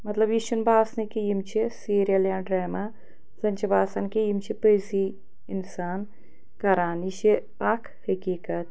مطلب یہِ چھُنہٕ باسنٕے کہِ یِم چھِ سیٖریَل یا ڈرٛاما زَن چھِ باسان کہِ یِم چھِ پٔزی اِنسان کَران یہِ چھِ اَکھ حقیٖقَت